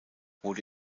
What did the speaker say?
wurde